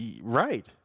Right